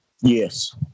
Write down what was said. yes